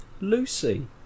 Lucy